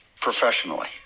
professionally